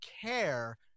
care